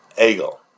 eagle